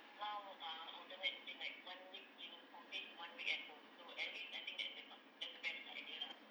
now uh alternate between like one week in office one week at home so at least I think that's the not that's the best idea lah